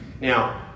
Now